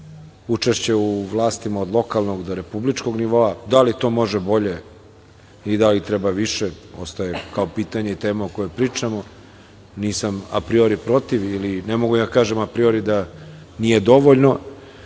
učešće u vlastima od lokalnog do republičkog nivoa. Da li to može bolje i da li treba više, ostaje kao pitanje i tema o kojoj pričamo. Nisam apriori protiv i ne mogu da kažem apriori da nije dovoljno,